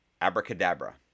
Abracadabra